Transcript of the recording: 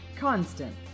constant